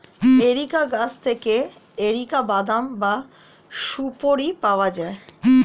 areca গাছ থেকে areca বাদাম বা সুপোরি পাওয়া যায়